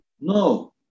no